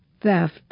theft